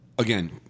Again